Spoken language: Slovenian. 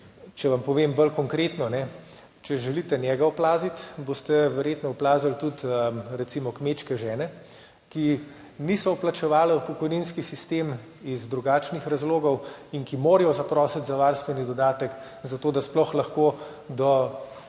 če vam povem bolj konkretno, če želite njega oplaziti, boste verjetno oplazili tudi recimo kmečke žene, ki niso vplačevale v pokojninski sistem iz drugačnih razlogov in ki morajo zaprositi za varstveni dodatek, zato da sploh lahko do